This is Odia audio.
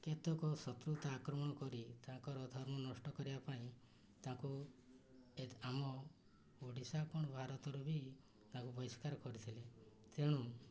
କେତେକ ଶତ୍ରୁତା ଆକ୍ରମଣ କରି ତାଙ୍କର ଧର୍ମ ନଷ୍ଟ କରିବା ପାଇଁ ତାଙ୍କୁ ଆମ ଓଡ଼ିଶା କ'ଣ ଭାରତର ବି ତାଙ୍କୁ ବହିଷ୍କାର କରିଥିଲେ ତେଣୁ